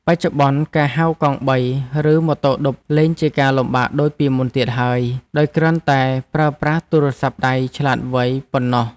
បច្ចុប្បន្នការហៅកង់បីឬម៉ូតូឌុបលែងជាការលំបាកដូចពីមុនទៀតហើយដោយគ្រាន់តែប្រើប្រាស់ទូរស័ព្ទដៃឆ្លាតវៃប៉ុណ្ណោះ។